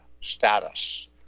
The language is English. status